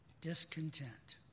Discontent